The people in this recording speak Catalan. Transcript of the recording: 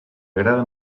agrada